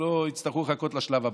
שלא יצטרכו לחכות לשלב הבא.